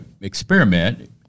experiment